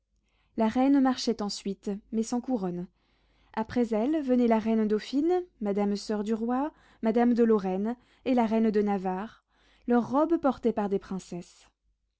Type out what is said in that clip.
la reine marchait ensuite mais sans couronne après elle venait la reine dauphine madame soeur du roi madame de lorraine et la reine de navarre leurs robes portées par des princesses